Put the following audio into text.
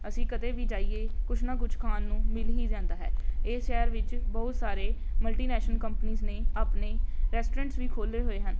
ਅਸੀਂ ਕਦੇ ਵੀ ਜਾਈਏ ਕੁਛ ਨਾ ਕੁਛ ਖਾਣ ਨੂੰ ਮਿਲ ਹੀ ਜਾਂਦਾ ਹੈ ਇਹ ਸ਼ਹਿਰ ਵਿੱਚ ਬਹੁਤ ਸਾਰੇ ਮਲਟੀਨੈਸ਼ਨਲ ਕੰਪਨੀਜ ਨੇ ਆਪਣੇ ਰੈਸਟੋਰੈਂਟਸ ਵੀ ਖੋਲ੍ਹੇ ਹੋਏ ਹਨ